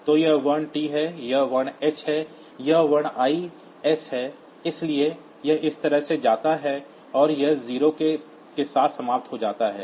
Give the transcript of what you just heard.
तो यह वर्ण t है यह वर्ण h है यह वर्ण i s है इसलिए यह इस तरह से जाता है और यह 0 के साथ समाप्त होता है इसलिए यह स्ट्रिंग है